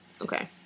Okay